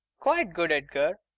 quite good, edgar,